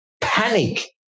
panic